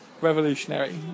revolutionary